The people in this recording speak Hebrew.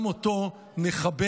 גם אותו נכבד,